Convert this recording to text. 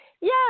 Yes